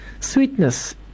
sweetness